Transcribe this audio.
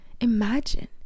imagine